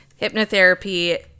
hypnotherapy